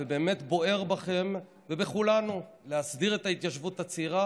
באמת בוער בכם ובכולנו להסדיר את ההתיישבות הצעירה